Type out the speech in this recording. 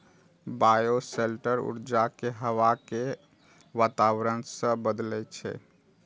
bioshelter ऊर्जा कें हवा के वातावरण सं बदलै छै